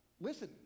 listen